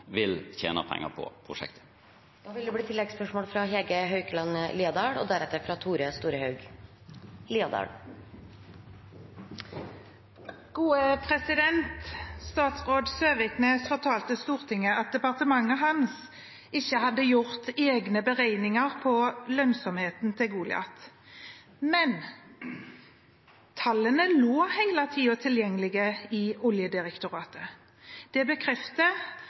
vil tjene penger på prosjektet. Hege Haukeland Liadal – til oppfølgingsspørsmål. Statsråd Søviknes fortalte Stortinget at departementet hans ikke hadde gjort egne beregninger av lønnsomheten til Goliat. Men tallene lå hele tiden tilgjengelig i Oljedirektoratet. Det